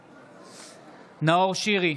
בעד נאור שירי,